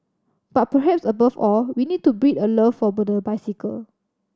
but perhaps above all we need to breed a love for the bicycle